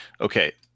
okay